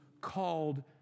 called